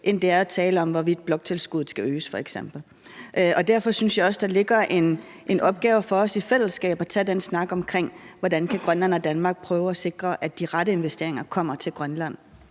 end det er tale om, hvorvidt bloktilskuddet skal øges f.eks. Derfor synes jeg også, der ligger en opgave for os i fællesskab i at tage den snak om, hvordan Grønland og Danmark kan prøve at sikre, at de rette investeringer kommer til Grønland.